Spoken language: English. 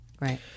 Right